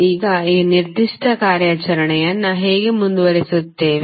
ಈಗ ಈ ನಿರ್ದಿಷ್ಟ ಕಾರ್ಯಾಚರಣೆಯನ್ನು ಹೇಗೆ ಮುಂದುವರಿಸುತ್ತೇವೆ